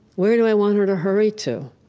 where do i want her to hurry to?